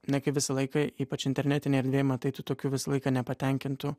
ne kaip visą laiką ypač internetinėj erdvėj matai tų tokių visą laiką nepatenkintų